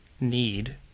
need